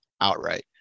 outright